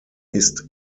ist